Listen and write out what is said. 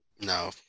no